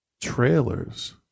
trailers